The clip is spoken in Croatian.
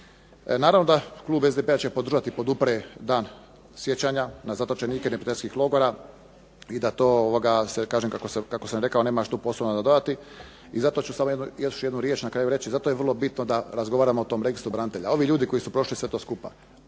Naravno da klub SDP-a će podržati da podupre dan sjećanja na zatočenike neprijateljskih logora i da to kažem kako sam rekao nemam što posebno za dodati. I zato ću samo još jednu riječ na kraju reći, zato je vrlo bitno da razgovaramo o tome registru branitelja. Ovi ljudi koji su prošli sve to skupa